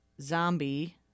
Zombie